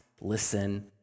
listen